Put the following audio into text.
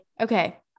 Okay